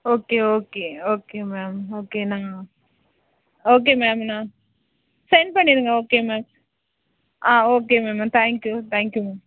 okay okay okay ma'am okay நான் okay ma'am நான் send பண்ணிடுங்க okay ma'am ah okay ma'am thank you thank you ma'am